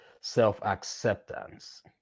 self-acceptance